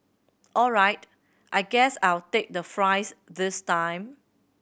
all right I guess I'll take the fries this time